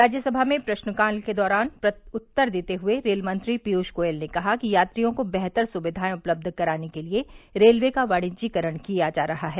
राज्यसभा में प्रश्नकाल के दौरान उत्तर देते हुए रेल मंत्री पीयूष गोयल ने कहा कि यात्रियों को बेहतर सुविधाएं उपलब्ध कराने के लिए रेलवे का वाणिज्यिकरण किया जा रहा है